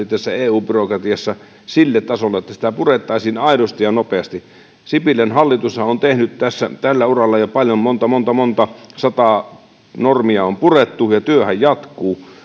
tässä eu byrokratiassa sille tasolle että sitä purettaisiin aidosti ja nopeasti sipilän hallitushan on tehnyt tällä uralla jo paljon monta monta monta sataa normia on purettu ja työhän jatkuu